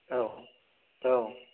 औ औ